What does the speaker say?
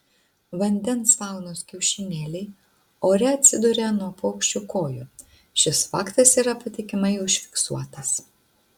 vandens faunos kiaušinėliai ore atsiduria nuo paukščių kojų šis faktas yra patikimai užfiksuotas